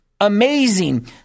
amazing